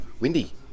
Windy